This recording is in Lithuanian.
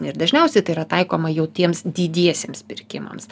ir dažniausiai tai yra taikoma jau tiems didiesiems pirkimams